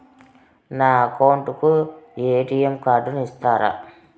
నా అకౌంట్ కు ఎ.టి.ఎం కార్డును ఇస్తారా